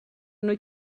nhw